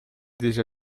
déjà